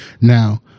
Now